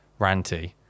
ranty